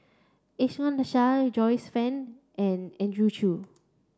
Iskandar Shah Joyce Fan and Andrew Chew